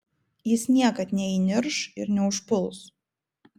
jis niekad neįnirš ir neužpuls